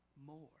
more